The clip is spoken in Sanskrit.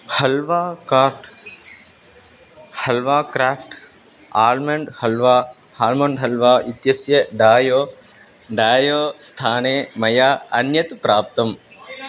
halwa craft halwa craft almond halwa almond halwa इत्यस्य डायो डायो स्थाने मया अन्यत् प्राप्तम्